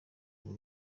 buri